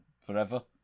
Forever